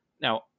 Now